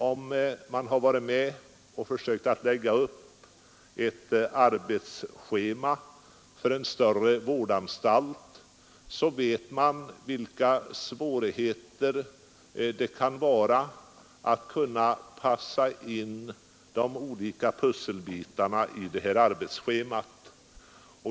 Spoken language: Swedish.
Om man har varit med och försökt lägga upp ett arbetsschema för en större vårdanstalt, vet man hur svårt det kan vara att försöka passa in de olika pusselbitarna i arbetsschemat.